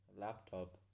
laptop